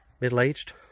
middle-aged